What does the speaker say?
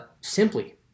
simply